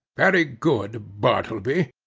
very good, bartleby,